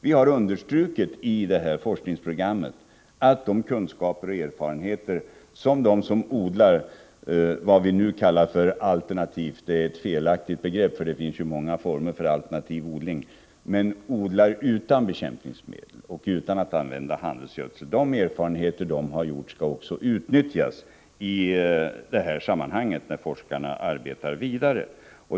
Vi har i forskningsprogrammet understrukit att de kunskaper och erfarenheter som de som odlar utan bekämpningsmedel och utan att använda handelsgödsel har — vad vi nu kallar ”alternativt”, vilket är ett felaktigt begrepp, eftersom det finns många alternativa odlingsformer — skall utnyttjas när forskarna arbetar vidare.